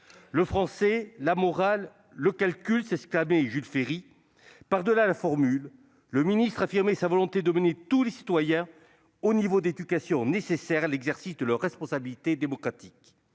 Le français, la morale, le calcul !» s'exclamait Jules Ferry. Par-delà la formule, le ministre affirmait sa volonté de mener tous les citoyens au niveau d'éducation nécessaire à l'exercice de leurs responsabilités démocratiques.